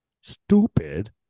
stupid